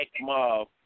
mob